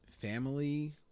family